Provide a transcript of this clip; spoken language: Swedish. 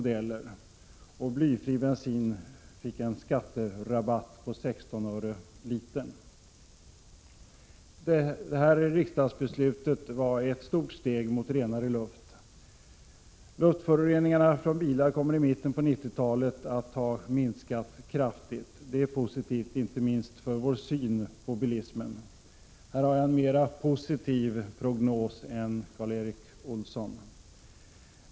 Detta riksdagsbeslut var ett stort steg mot renare luft. Luftföroreningarna från bilar kommer i mitten av 1990-talet att ha minskat kraftigt. Detta är positivt inte minst för vår syn på bilismen. Här har jag en positivare prognos än Karl Erik Olsson.